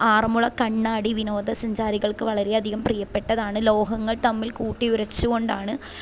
ആറന്മുള കണ്ണാടി വിനോദസഞ്ചാരികൾക്ക് വളരെയധികം പ്രിയപ്പെട്ടതാണ് ലോഹങ്ങൾ തമ്മിൽ കൂട്ടി ഉരച്ച് കൊണ്ടാണ്